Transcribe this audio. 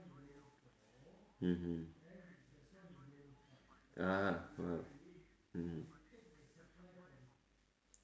mmhmm ah mmhmm